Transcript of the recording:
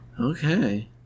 Okay